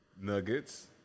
Nuggets